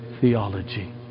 theology